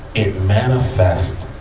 it manifest